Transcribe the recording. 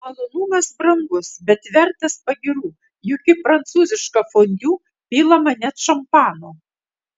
malonumas brangus bet vertas pagyrų juk į prancūzišką fondiu pilama net šampano